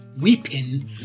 Weeping